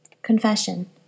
Confession